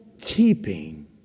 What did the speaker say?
keeping